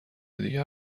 دیگر